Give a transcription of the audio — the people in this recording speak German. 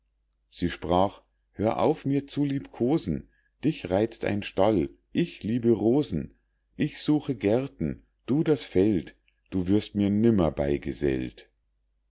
sie sprach hör auf mir liebzukosen dich reizt ein stall ich liebe rosen ich suche gärten du das feld du wirst mir nimmer beigesellt